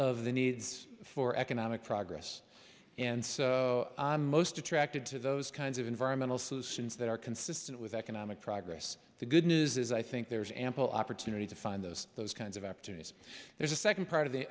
of the needs for economic progress and most attracted to those kinds of environmental solutions that are consistent with economic progress the good news is i think there's ample opportunity to find those those kinds of opportunities there's a second part of the